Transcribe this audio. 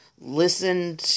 Listen